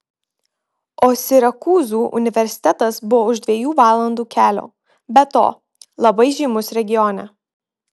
o sirakūzų universitetas buvo už dviejų valandų kelio be to labai žymus regione